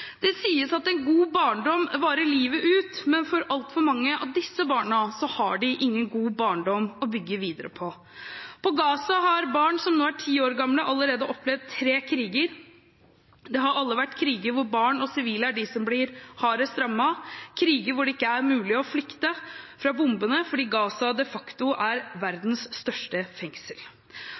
Det sies at en god barndom varer livet ut, men altfor mange av disse barna har ingen god barndom å bygge videre på. På Gaza har barn som nå er ti gamle, allerede opplevd tre kriger – tre kriger hvor barn og sivile er dem som blir hardest rammet, kriger hvor det ikke er mulig å flykte fra bombene, fordi Gaza de facto er verdens største fengsel.